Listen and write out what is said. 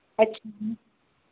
अच्छा